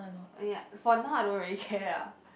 oh ya for now I don't really care ah